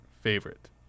favorite